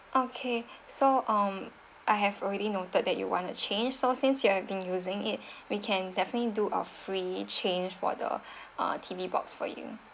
okay so um I have already noted that you wanna change so since you have been using it we can definitely do a free change for the uh T_V box for you